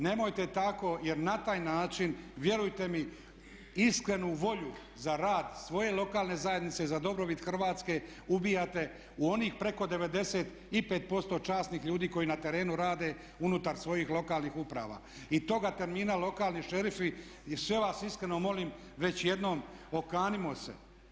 Nemojte tako, jer na taj način vjerujte mi iskrenu volju za rad svoje lokalne zajednice za dobrobit Hrvatske ubijate u onih preko 95% časnih ljudi koji na terenu rade unutar svojih lokalnih uprava i toga termina lokalni šerifi i sve vas iskreno molim već jednom okanimo se.